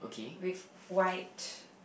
with white